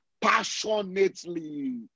passionately